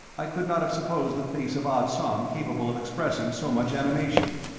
i could not have supposed the face of ah tsong capable of expressing so much animation.